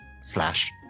slash